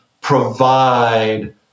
provide